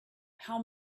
how